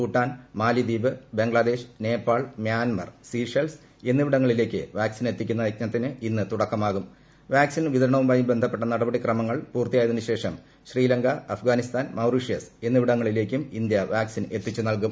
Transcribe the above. ഭൂട്ടാൻ മാലിദ്വീപ് ബംഗ്ലാദ്ദൂർ ് Nepal Myanmar Seychelles എന്നിവിടങ്ങളിലേക്ക് പ്യാക്ക്സിൻ എത്തിക്കുന്ന യജ്ഞത്തിന് ഇന്ന് തുടക്കമാകും ്വാക്സിൻ വിതരണവുമായി ബന്ധപ്പെട്ട നടപടിക്രമങ്ങൾ പ്പൂർത്തീയായതിന് ശേഷം ശ്രീലങ്ക അഫ്ഗാനിസ്ഥാൻ മൌറീഷ്യ്സ് എന്നിവിടങ്ങളിലേക്കും ഇന്ത്യ വാക്സിൻ എത്തിച്ചു നൽകും